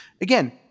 Again